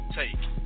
take